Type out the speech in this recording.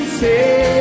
say